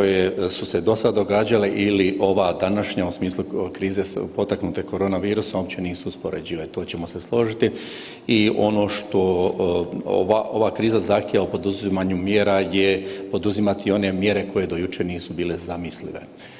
koje su se dosada događale ili ova današnja u smislu krize potaknute korona virusom uopće nisu uspoređive to ćemo se složiti i ono što ova kriza zahtjeva o poduzimanju mjera je poduzimati one mjere koje do jučer nisu bile zamislive.